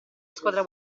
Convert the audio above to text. squadra